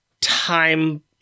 time